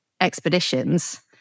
expeditions